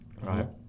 right